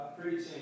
preaching